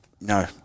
no